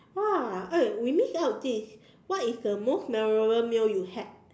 !wow! eh we missed out this what is the most memorable meal you had